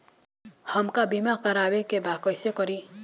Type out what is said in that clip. हमका बीमा करावे के बा कईसे करी?